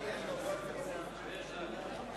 לשנות הכספים 2009 2010,